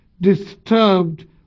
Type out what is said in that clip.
disturbed